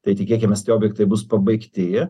tai tikėkimės tie objektai bus pabaigti